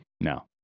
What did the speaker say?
No